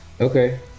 Okay